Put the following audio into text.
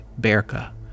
Berka